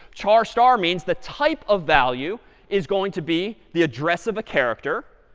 char star means the type of value is going to be the address of a character.